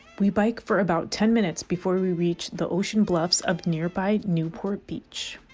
we biked for about ten minutes before we reach the ocean bluffs of nearby newport beach